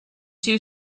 two